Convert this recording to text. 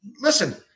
Listen